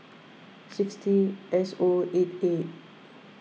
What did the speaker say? six T S O A eight